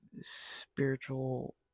spiritual